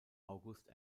august